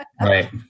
Right